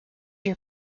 your